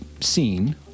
seen